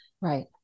Right